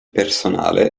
personale